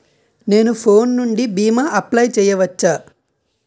నేను ఫోన్ నుండి భీమా అప్లయ్ చేయవచ్చా?